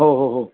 हो हो हो